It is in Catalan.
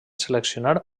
seleccionar